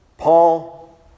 Paul